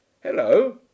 Hello